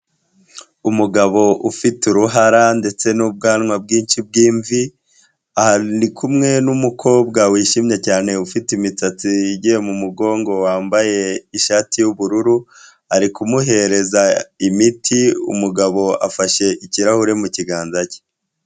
Umugabo ufite uruhara ndetse n'ubwanwa bwinshi bw'imvi, ari kumwe n'umukobwa wishimye cyane ufite imisatsi igiye mu mugongo wambaye ishati y'ubururu, ari kumuhereza imiti, umugabo afashe ikirahure mu kiganza cye.